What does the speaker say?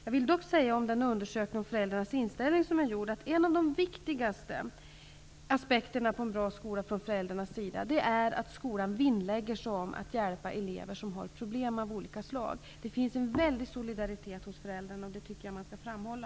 Jag vill dock säga några ord om den undersökning som har gjorts om föräldrarnas inställning. En av de viktigaste aspekterna på en bra skola som har framkommit från föräldrarnas sida är att skolan vinnlägger sig om att hjälpa elever som har problem av olika slag. Det finns en väldig solidaritet hos föräldrarna. Det vill jag framhålla.